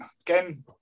again